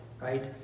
right